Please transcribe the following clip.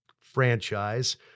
franchise